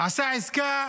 עשה עסקה